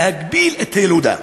להגביל את הילודה.